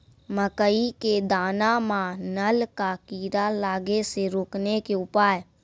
मकई के दाना मां नल का कीड़ा लागे से रोकने के उपाय?